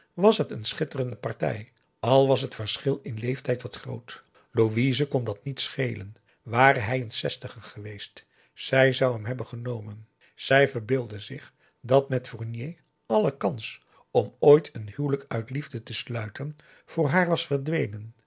was het een schitterende party al was t verschil in leeftijd wat groot louise kon dat niet schelen ware hij een zestiger geweest zij zou hem hebben genomen zij verbeeldde zich dat met fournier alle kans om ooit een huwelijk uit liefde te sluiten voor haar was verdwenen